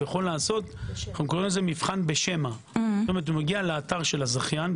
יכול לעשות מבחן בשמע הוא מגיע לאתר של הזכיין,